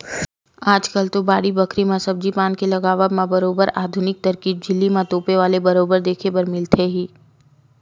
आजकल तो बाड़ी बखरी म सब्जी पान के लगावब म बरोबर आधुनिक तरकीब झिल्ली म तोपे वाले बरोबर देखे बर मिलथे ही